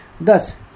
Thus